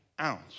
ounce